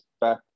back